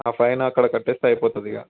ఆ ఫైన్ అక్కడ కట్టేస్తే అయిపోతుంది ఇక